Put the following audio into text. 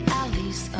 alleys